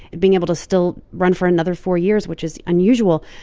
being able to still run for another four years, which is unusual.